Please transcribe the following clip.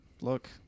Look